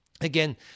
again